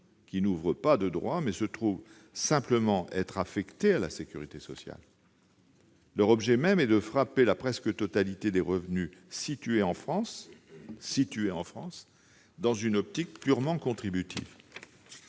un point important -, mais se trouvent simplement affectées à la sécurité sociale. Leur objet même est de frapper la quasi-totalité des revenus perçus en France, dans une optique purement contributive.